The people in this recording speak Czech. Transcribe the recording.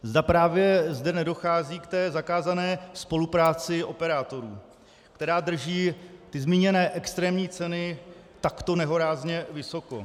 Zda právě zde nedochází k té zakázané spolupráci operátorů, která drží ty zmíněné extrémní ceny takto nehorázně vysoko.